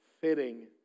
fitting